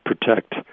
protect